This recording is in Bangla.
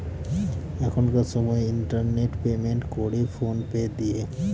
এখনকার সময় ইন্টারনেট পেমেন্ট করে ফোন পে দিয়ে